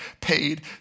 paid